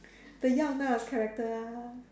the Yao Na's character